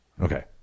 Okay